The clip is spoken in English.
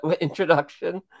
introduction